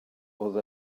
oedd